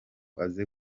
aze